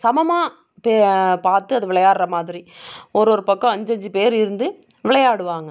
சமமாக பே பார்த்து அது விளையாடுகிற மாதிரி ஒருரொரு பக்கம் அஞ்சஞ்சு பேர் இருந்து விளையாடுவாங்க